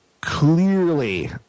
Clearly